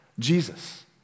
Jesus